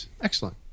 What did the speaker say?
Excellent